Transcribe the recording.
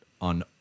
on